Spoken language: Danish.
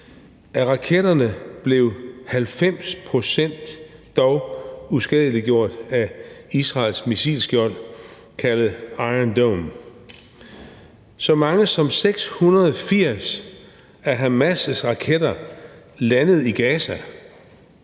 Af raketterne blev 90 pct. dog uskadeliggjort af Israels missilskjold kaldet Iron Dome. Så mange som 680 af Hamas' raketter landede i Gaza